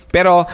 Pero